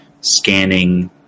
scanning